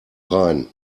rhein